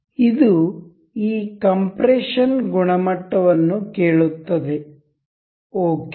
ಇದು ಈ ಕಂಪ್ರೆಷನ್ ಗುಣಮಟ್ಟವನ್ನು ಕೇಳುತ್ತದೆಓಕೆ